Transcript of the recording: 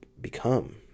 become